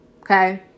Okay